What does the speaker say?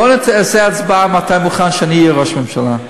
בוא נעשה הצבעה אם אתה מוכן שאני אהיה ראש ממשלה.